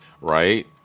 Right